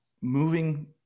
moving